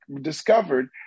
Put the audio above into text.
discovered